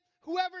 whoever